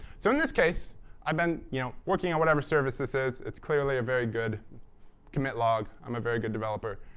so in this case i've been you know working on whatever service this is. it's clearly a very good commit log. i'm a very good developer.